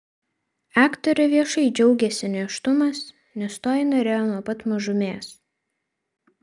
aktorė viešai džiaugiasi nėštumas nes to ji norėjo nuo pat mažumės